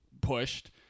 pushed